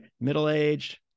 middle-aged